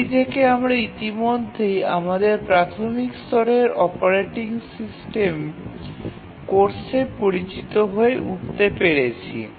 এটি থেকে আমরা ইতিমধ্যে আমাদের প্রাথমিক স্তরের অপারেটিং সিস্টেম কোর্সে পরিচিত হয়ে উঠতে পেরেছি